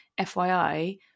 fyi